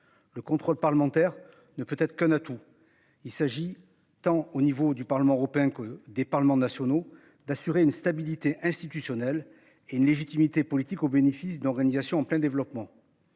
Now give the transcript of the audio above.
le contrôle parlementaire ne peut être qu'un atout. Il s'agit, tant au niveau du Parlement européen que des parlements nationaux d'assurer une stabilité institutionnelle et une légitimité politique au bénéfice d'organisation en plein développement.